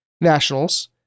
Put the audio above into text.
nationals